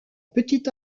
petit